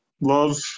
love